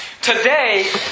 today